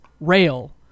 rail